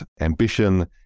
ambition